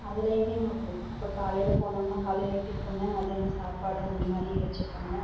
அதுலேயும் இப்போ இப்போ காலையில் போனோம்னால் காலையில் டிஃபன் மதியானம் சாப்பாடு அந்த மாதிரி வச்சுருக்காங்க